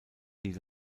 die